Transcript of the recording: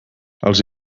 els